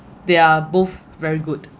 they're both very good